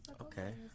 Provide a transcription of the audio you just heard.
Okay